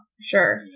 sure